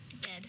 Dead